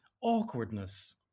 awkwardness